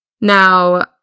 Now